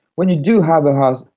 when you do have a house,